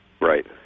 Right